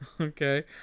Okay